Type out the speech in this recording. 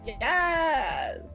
Yes